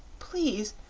please,